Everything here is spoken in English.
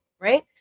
right